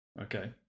Okay